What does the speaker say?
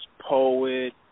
poet